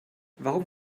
warum